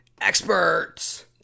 experts